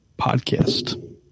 podcast